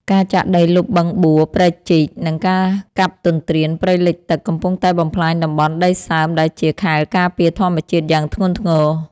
ការចាក់ដីលុបបឹងបួរ ព្រែកជីក និងការកាប់ទន្ទ្រានព្រៃលិចទឹក កំពុងតែបំផ្លាញតំបន់ដីសើមដែលជាខែលការពារធម្មជាតិយ៉ាងធ្ងន់ធ្ងរ។